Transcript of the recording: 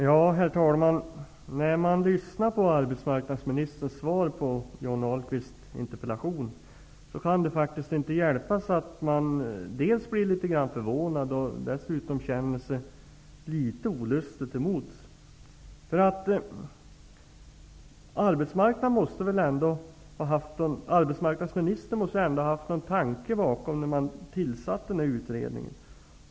Herr talman! När man lyssnar på arbetsmarknadsministerns svar på Johnny Ahlqvists interpellation, kan det inte hjälpas att man dels blir litet förvånad, dels känner sig olustig till mods. Arbetsmarknadsministern måste väl ändå ha haft någon tanke med att tillsätta utredningen.